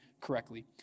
correctly